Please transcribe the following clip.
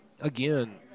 again